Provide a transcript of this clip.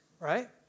Right